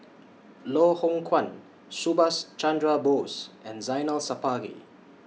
Loh Hoong Kwan Subhas Chandra Bose and Zainal Sapari